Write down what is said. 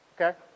Okay